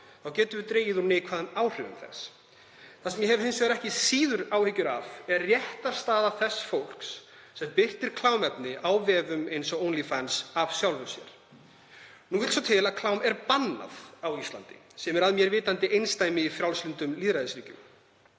þá getum við dregið úr neikvæðum áhrifum þess. Það sem ég hef hins vegar ekki síður áhyggjur af er réttarstaða fólks sem birtir klámefni á síðum eins og Onlyfans af sjálfu sér. Nú vill svo til að klám er bannað á Íslandi, sem er að mér vitandi einsdæmi í frjálslyndum lýðræðisríkjum.